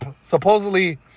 supposedly